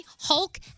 Hulk